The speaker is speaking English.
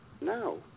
No